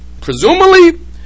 presumably